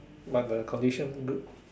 but the condition good